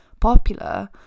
popular